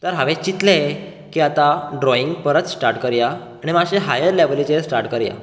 तर हांवे चितलें की आतां ड्रॉइंग परत स्टार्ट करूया आनी मात्शे हायर लॅवलीचेर स्टार्ट करूया